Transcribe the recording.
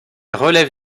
relève